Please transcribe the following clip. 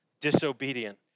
disobedient